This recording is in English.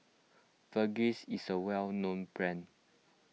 Vagisil is a well known brand